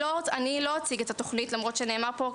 אני לא אציג את התוכנית למרות שנאמר פה,